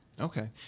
Okay